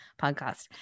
podcast